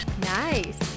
Nice